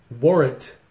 warrant